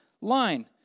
line